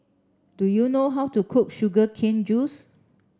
do you know how to cook sugar cane juice